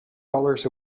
dollars